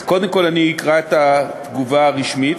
אז קודם כול אני אקרא את התגובה הרשמית,